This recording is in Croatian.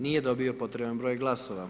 Nije dobio potreban broj glasova.